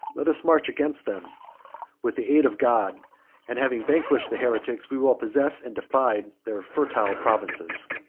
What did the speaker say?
let us march against them with the aid of god and, having vanquished the heretics, we will possess and divide their fertile provinces.